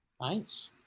Nice